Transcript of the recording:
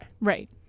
Right